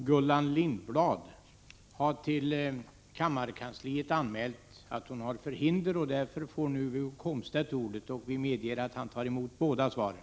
Gullan Lindblad har till kammarkansliet anmält att hon är förhindrad att närvara. Därför får nu Wiggo Komstedt ordet. Vi medger att han tar emot båda svaren.